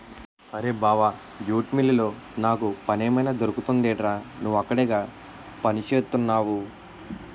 అరేయ్ బావా జూట్ మిల్లులో నాకు పనేమైనా దొరుకుతుందెట్రా? నువ్వక్కడేగా పనిచేత్తున్నవు